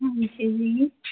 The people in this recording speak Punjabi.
ਹਾਂਜੀ ਜੀ